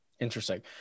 Interesting